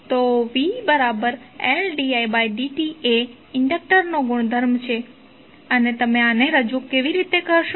તો vLdidt એ ઇન્ડક્ટરનો ગુણધર્મ છે અને તમે આને રજુ કેવી રીતે કરશો